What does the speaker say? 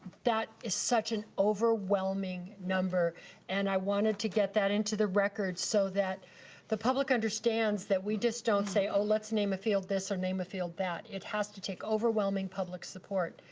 that is such an overwhelming number and i wanted to get that into the record so that the public understands that we just don't say, oh, let's name a field this or name a field that. it has to take overwhelming public support,